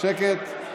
שקט.